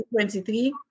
2023